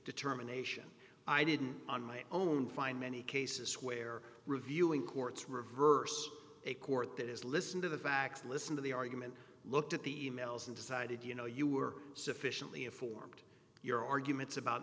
determination i didn't on my own find many cases where reviewing courts reverse a court that is listen to the facts listen to the argument looked at the emails and decided you know you were sufficiently informed your arguments about